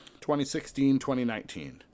2016-2019